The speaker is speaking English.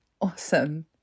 Awesome